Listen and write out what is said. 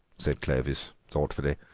said clovis thoughtfully,